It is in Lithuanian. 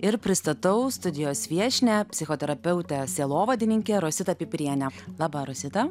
ir pristatau studijos viešnią psichoterapeutę sielovadininkę rositą pipirienę laba rosita